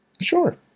Sure